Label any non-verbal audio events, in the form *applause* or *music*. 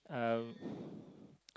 uh *breath*